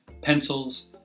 pencils